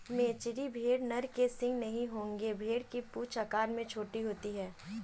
मेचेरी भेड़ नर के सींग नहीं होंगे भेड़ की पूंछ आकार में छोटी होती है